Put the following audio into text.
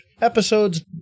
episodes